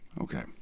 Okay